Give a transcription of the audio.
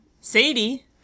Sadie